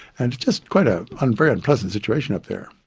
and it's just quite a and very unpleasant situation up there.